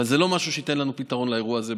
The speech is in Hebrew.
אבל זה לא משהו שייתן לנו פתרון לאירוע הזה,